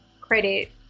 credit